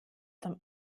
zum